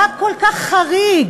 מה כל כך חריג?